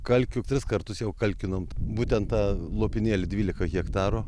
kalkių tris kartus jau kalkinom būtent tą lopinėlį dvyliką hektaro